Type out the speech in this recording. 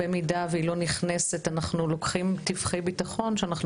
במידה והיא לא נכנסת אנחנו לוקחים טווחי ביטחון שאנחנו